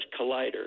Collider